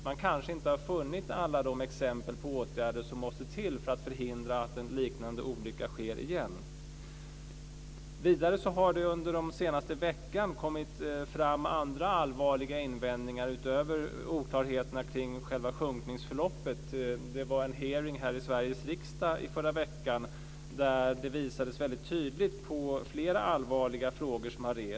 Man kanske inte har kommit fram till alla de åtgärder som måste till för att förhindra att en liknande olycka sker igen. Vidare har det under den senaste veckan kommit fram andra allvarliga invändningar utöver de om oklarheterna kring själva sjukningsförloppet. Det hölls en hearing här i Riksdagshuset förra veckan då det tydligt visades på flera olika frågor som har rests.